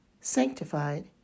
sanctified